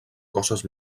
coses